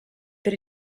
per